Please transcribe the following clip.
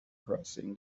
crossing